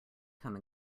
come